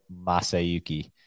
masayuki